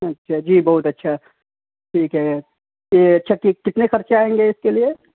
اچھا جی بہت اچھا ٹھیک ہے یہ اچھا ٹھیک کتنے خرچے آئیں گے اس کے لیے